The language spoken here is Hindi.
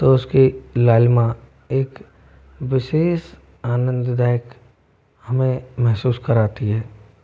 तो उसके लालिमा एक विशेष आनंद दायक हमें महसूस कराती है